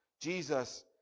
Jesus